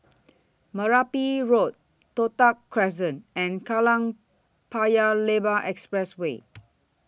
Merpati Road Toh Tuck Crescent and Kallang Paya Lebar Expressway